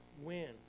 win